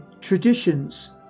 traditions